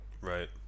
Right